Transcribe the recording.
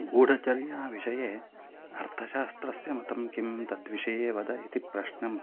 गूढचर्यायाः विषये अर्थशास्त्रस्य मतं किं तद्विषये वद इति प्रश्नं